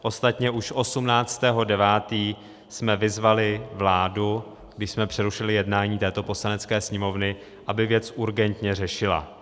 Ostatně už 18. 9. jsme vyzvali vládu, když jsme přerušili jednání této Poslanecké sněmovny, aby věc urgentně řešila.